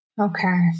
okay